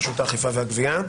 רשות האכיפה והגבייה,